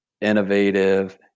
innovative